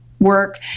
work